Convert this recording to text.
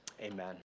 Amen